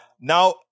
now